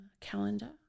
Calendar